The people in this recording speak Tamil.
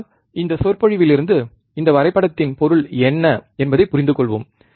ஆனால் இந்தச் சொற்பொழிவிலிருந்து இந்த வரைபடத்தின் பொருள் என்ன என்பதை புரிந்துகொள்வோம்